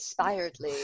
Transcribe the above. inspiredly